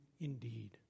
indeed